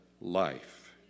life